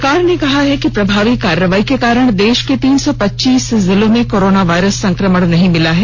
सरकार ने कहा है कि प्रभावी कार्रवाई के कारण देश के तीन सौ पच्चीस जिलों में कोरोना वायरस संक्रमण नहीं मिला है